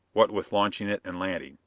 what with launching it and landing,